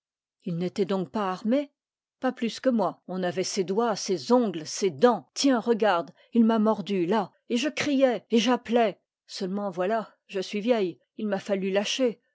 il n'était donc pas armé pas plus que moi on avait ses doigts ses ongles ses dents tiens regarde il m'a mordue là et je criais et j'appelais seulement voilà je suis vieille il m'a fallu lâcher